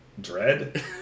dread